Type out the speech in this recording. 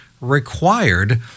required